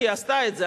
כי היא עשתה את זה.